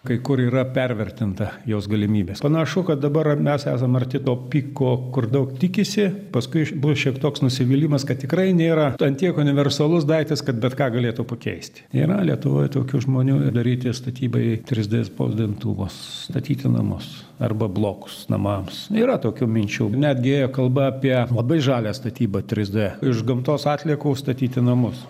kai kur yra pervertinta jos galimybės panašu kad dabar mes esam arti to piko kur daug tikisi paskui bus šioks toks nusivylimas kad tikrai nėra ant tiek universalus daiktas kad bet ką galėtų pakeisti yra lietuvoj tokių žmonių ir daryti statybai trys d spausdintuvas statyti namus arba blokus namams yra tokių minčių netgi ėjo kalba apie labai žalią statybą trys d iš gamtos atliekų statyti namus